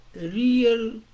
real